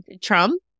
Trump